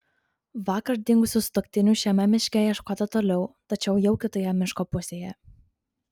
vakar dingusių sutuoktinių šiame miške ieškota toliau tačiau jau kitoje miško pusėje